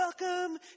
welcome